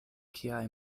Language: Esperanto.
kiaj